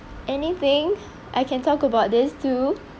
anything I can talk about this too